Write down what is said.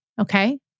okay